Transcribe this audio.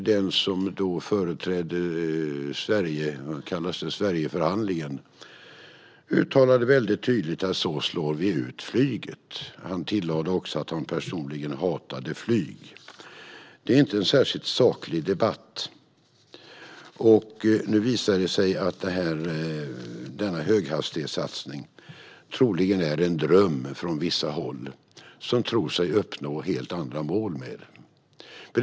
Den som företräder Sverigeförhandlingen uttalade väldigt tydligt att så slår vi ut flyget. Han tillade också att han personligen hatade flyg. Det är inte en särskilt saklig debatt. Nu visar det sig att denna höghastighetssatsning troligen är en dröm från vissa håll, där man tror sig uppnå helt andra mål med den.